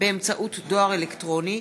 באמצעות דואר אלקטרוני),